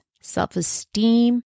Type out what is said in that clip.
self-esteem